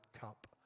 cup